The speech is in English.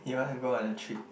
you wanna go on a trip